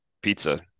pizza